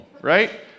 right